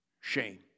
Shame